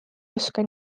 oska